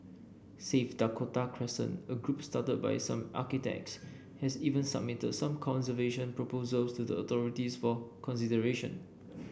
save Dakota Crescent a group started by some architects has even submitted some conservation proposals to the authorities for consideration